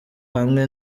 hamwe